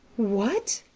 what!